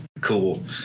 cool